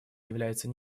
является